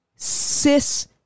cis